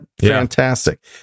Fantastic